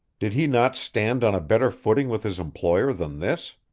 did he not stand on a better footing with his employer than this?